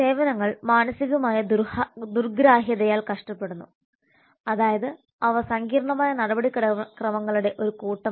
സേവനങ്ങൾ മാനസികമായ ദുർഗ്രാഹ്യതയാൽ കഷ്ടപ്പെടുന്നു അതായത് അവ സങ്കീർണ്ണമായ നടപടിക്രമങ്ങളുടെ ഒരു കൂട്ടമാണ്